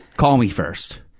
call me first!